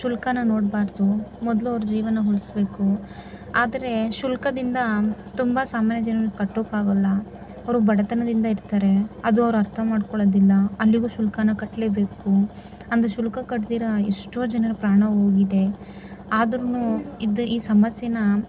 ಶುಲ್ಕನ ನೋಡಬಾರ್ದು ಮೊದಲು ಅವ್ರ ಜೀವನ ಉಳಿಸ್ಬೇಕು ಆದರೆ ಶುಲ್ಕದಿಂದ ತುಂಬ ಸಾಮಾನ್ಯ ಜನರಿಗೆ ಕಟ್ಟೋಕ್ಕಾಗಲ್ಲ ಅವರು ಬಡತನದಿಂದ ಇರ್ತಾರೆ ಅದು ಅವರು ಅರ್ಥ ಮಾಡ್ಕೊಳ್ಳೋದಿಲ್ಲ ಅಲ್ಲಿಗೂ ಶುಲ್ಕನ ಕಟ್ಟಲೇ ಬೇಕು ಅಂದರೆ ಶುಲ್ಕ ಕಟ್ದಿರೊ ಎಷ್ಟೋ ಜನರ ಪ್ರಾಣ ಹೋಗಿದೆ ಆದ್ರು ಇದು ಈ ಸಮಸ್ಯೆನ